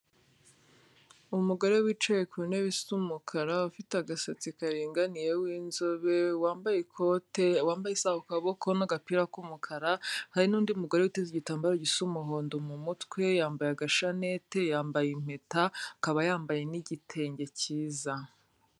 Umugore wicaye ku ntebe z'umukara, ufite agasatsi karinganiye w'inzobe, wambaye ikote, wambaye isaha ku kaboko n'agapira k'umukara, hari n'undi mugore witeze igitambaro gisa umuhondo mu mutwe, yambaye agashanete, yambaye impeta, akaba yambaye n'igitenge cyiza.